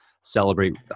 celebrate